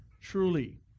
truly